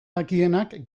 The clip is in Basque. dakienak